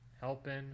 helping